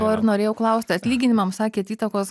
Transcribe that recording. to ir norėjau klausti atlyginimam sakėt įtakos